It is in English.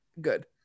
good